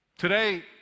Today